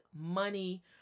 money